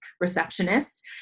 receptionist